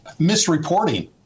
Misreporting